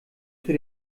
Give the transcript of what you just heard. für